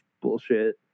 bullshit